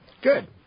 Good